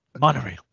Monorail